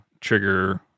trigger